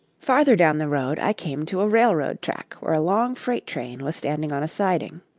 farther down the road i came to a railroad track where a long freight-train was standing on a siding.